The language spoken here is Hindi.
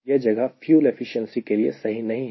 यह जगह फ्यूल एफिशिएंसी के लिए सही नहीं है